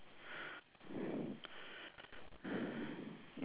oh four or five more ah